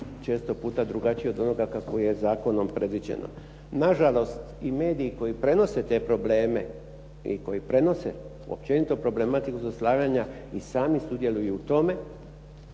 često puta drugačije od onoga kako je zakonom predviđeno. Nažalost i mediji koji prenose te probleme i koji prenose općenito problematiku zlostavljanja i sami sudjeluju u tome.